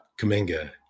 Kaminga